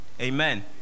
Amen